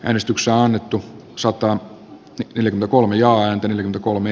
äänestyksen annettu saattaa yli kolmijaan kolme